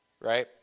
right